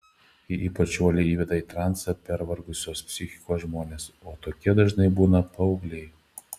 ji ypač uoliai įveda į transą pervargusios psichikos žmones o tokie dažnai būna paaugliai